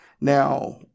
Now